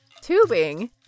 tubing